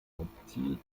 hauptziel